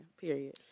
Period